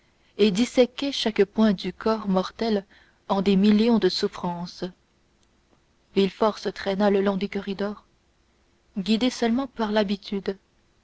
et disséquait chaque point du corps mortel en des millions de souffrances villefort se traîna le long des corridors guidé seulement par l'habitude